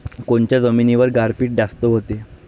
कोनच्या जमिनीवर गारपीट जास्त व्हते?